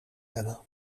hebben